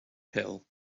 hell